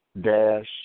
dash